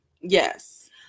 Yes